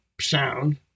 sound